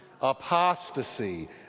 Apostasy